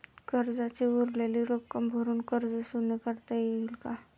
कर्जाची उरलेली रक्कम भरून कर्ज शून्य करता येईल का?